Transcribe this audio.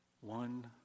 one